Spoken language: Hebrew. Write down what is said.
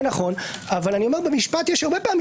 זה נכון אבל במשפט יש הרבה פעמים